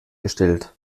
gestellt